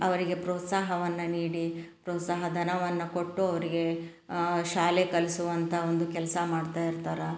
ಅವರಿಗೆ ಪ್ರೋತ್ಸಾಹವನ್ನು ನೀಡಿ ಪ್ರೋತ್ಸಾಹ ದನವನ್ನು ಕೊಟ್ಟು ಅವರಿಗೆ ಶಾಲೆಗೆ ಕಳ್ಸುವಂಥ ಒಂದು ಕೆಲಸ ಮಾಡ್ತಾ ಇರ್ತಾರೆ